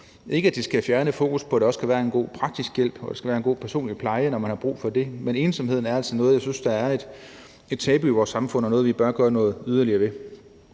for at det skal fjerne fokus fra, at der også skal være en god praktisk hjælp og der skal være en god personlig pleje, når man har brug for det, men ensomheden er altså noget, jeg synes er et tabu i vores samfund og noget, vi bør gøre noget yderligere ved.